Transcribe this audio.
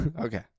Okay